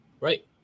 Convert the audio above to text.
Right